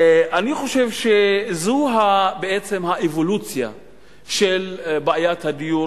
אני חושב שזו האבולוציה של בעיית הדיור